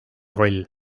roll